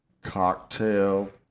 cocktail